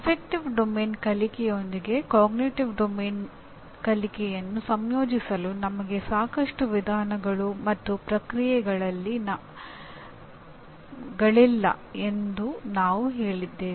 ಗಣನ ಕ್ಷೇತ್ರ ಕಲಿಕೆಯೊಂದಿಗೆ ಅರಿವಿನ ಕಾರ್ಯಕ್ಷೇತ್ರ ಕಲಿಕೆಯನ್ನು ಸಂಯೋಜಿಸಲು ನಮಗೆ ಸಾಕಷ್ಟು ವಿಧಾನಗಳು ಮತ್ತು ಪ್ರಕ್ರಿಯೆಗಳಿಲ್ಲ ಎಂದು ನಾವು ಹೇಳಿದ್ದೇವೆ